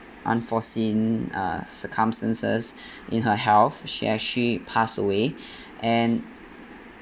unforeseen uh circumstances in her health she actually passed away and